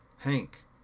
Hank